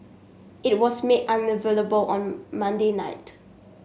it was made unavailable on Monday night